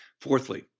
Fourthly